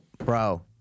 Bro